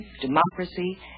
democracy